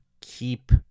keep